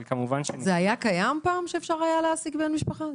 אבל כמובן שאם --- זה היה קיים פעם שאפשר היה להעסיק בן משפחה?